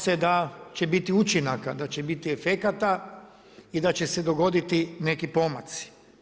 se da će biti učinaka, da će biti efekata i da će se dogoditi neki pomaci.